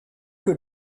que